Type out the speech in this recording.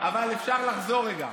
אפשר לחזור רגע